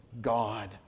God